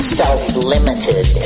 self-limited